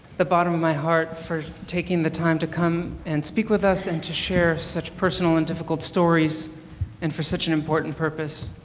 the bottom of my heart for taking the time to come and speak with us and to share such personal and difficult stories and for such and important purpose.